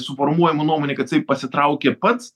suformuojama nuomonė kad jisai pasitraukė pats